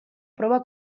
proba